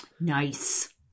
Nice